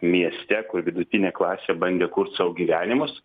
mieste kur vidutinė klasė bandė kurt sau gyvenimus